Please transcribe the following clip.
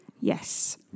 Yes